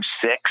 six